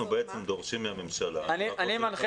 אני מנחה